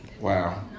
Wow